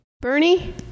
Bernie